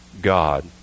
God